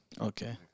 Okay